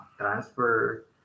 transfer